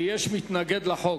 ויש מתנגד לחוק,